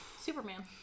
Superman